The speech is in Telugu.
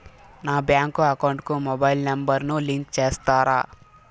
నా బ్యాంకు అకౌంట్ కు మొబైల్ నెంబర్ ను లింకు చేస్తారా?